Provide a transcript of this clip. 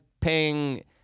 paying—